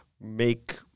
make